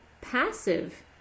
passive